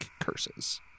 curses